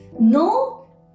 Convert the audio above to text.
no